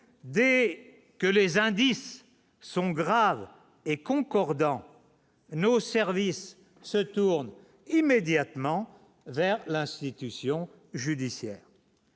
Dès que les indices sont graves et concordants, nos services se tournent immédiatement vers l'institution judiciaire.